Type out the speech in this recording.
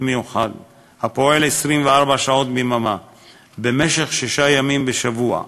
מיוחד הפועל 24 שעות ביממה במשך שישה ימים בשבוע,